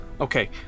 Okay